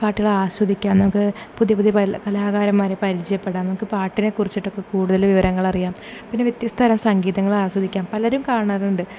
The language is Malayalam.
പാട്ടുകൾ ആസ്വദിക്കാം നമുക്ക് പുതിയ പുതിയ പല കലക്കാരന്മാരെ പരിചയപ്പെടാം നമുക്ക് പാട്ടിനെ കുറിച്ചിട്ട് ഒക്കെ കൂടുതൽ വിവരങ്ങൾ അറിയാം പിന്നെ വ്യത്യസ്തതരം സംഗീതങ്ങൾ ആസ്വദിക്കാം പലരും കാണാറുണ്ട്